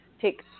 take